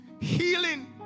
healing